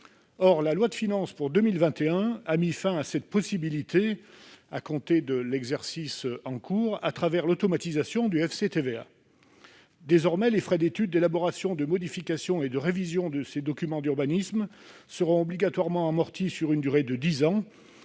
Or la loi de finances pour 2021 a mis fin à cette possibilité, à compter de l'exercice budgétaire en cours, à travers l'automatisation du FCTVA. Les frais d'études, d'élaboration, de modification et de révision de ces documents d'urbanisme sont obligatoirement amortis sur une durée de dix ans,